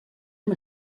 amb